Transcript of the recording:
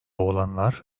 olanlar